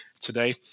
today